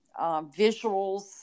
visuals